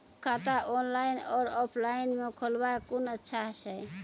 खाता ऑनलाइन और ऑफलाइन म खोलवाय कुन अच्छा छै?